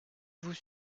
vous